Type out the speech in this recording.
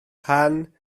pan